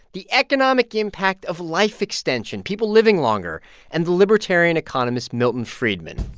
the economic impact of life extension people living longer and the libertarian economist milton friedman.